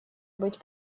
быть